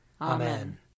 Amen